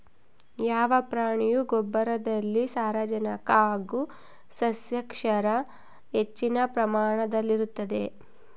ಯಾವ ಪ್ರಾಣಿಯ ಗೊಬ್ಬರದಲ್ಲಿ ಸಾರಜನಕ ಹಾಗೂ ಸಸ್ಯಕ್ಷಾರ ಹೆಚ್ಚಿನ ಪ್ರಮಾಣದಲ್ಲಿರುತ್ತದೆ?